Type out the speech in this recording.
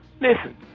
Listen